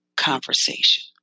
conversation